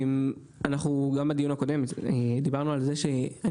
גם בדיון הקודם דיברנו על כך.